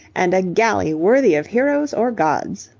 and a galley worthy of heroes or gods.